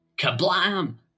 Kablam